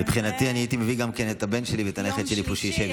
מבחינתי הייתי מביא גם כן את הבן שלי ואת הנכד שלי שישבו איתי.